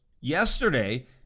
yesterday